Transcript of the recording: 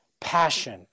passion